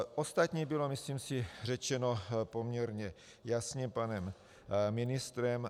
Ostatní bylo myslím si řečeno poměrně jasně panem ministrem.